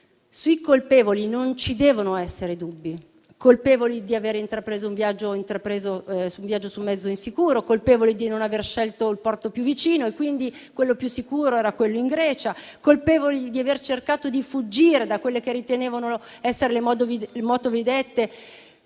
Sui colpevoli non ci devono essere dubbi: colpevoli di avere intrapreso un viaggio su un mezzo insicuro; colpevoli di non aver scelto il porto più vicino - quello più sicuro era in Grecia - colpevoli di aver cercato di fuggire da quelle che ritenevano essere le motovedette;